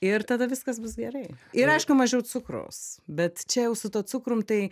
ir tada viskas bus gerai ir aišku mažiau cukraus bet čia jau su tuo cukrum tai